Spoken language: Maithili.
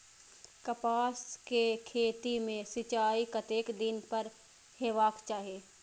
कपास के खेती में सिंचाई कतेक दिन पर हेबाक चाही?